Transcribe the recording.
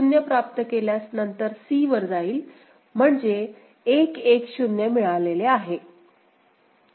0 प्राप्त केल्यास नंतर c वर जाईल म्हणजे 1 1 0 मिळालेले आहे